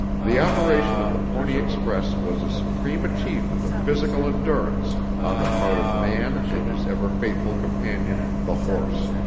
the operation of the pony express was a supreme achievement of physical endurance on the part of man and his ever faithful companion, the horse.